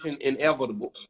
inevitable